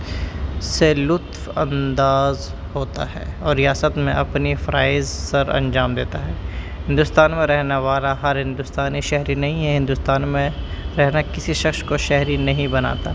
سے لطف انداز ہوتا ہے اور ریاست میں اپنی فرائض سرانجام دیتا ہے ہندوستان میں رہنے والا ہر ہندوستانی شہری نہیں ہے ہندوستان میں رہنا کسی شخص کو شہری نہیں بناتا